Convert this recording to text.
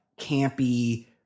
campy